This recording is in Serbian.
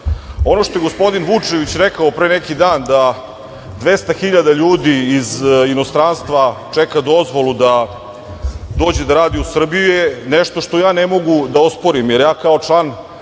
što je gospodin Vučević rekao pre neki dan, da 200.000 ljudi iz inostranstva čeka dozvolu da dođe da radi u Srbiji je nešto što ja ne mogu da osporim, jer ja kao član